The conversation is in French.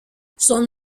son